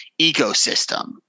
ecosystem